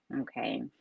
okay